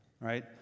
right